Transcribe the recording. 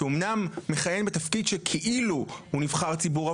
שאמנם מכהן בתפקיד שכאילו הוא נבחר ציבור,